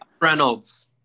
Reynolds